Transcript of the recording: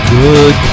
good